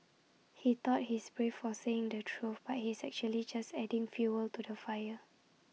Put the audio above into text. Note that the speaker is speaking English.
he thought he's brave for saying the truth but he's actually just adding fuel to the fire